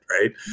right